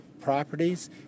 properties